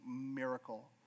miracle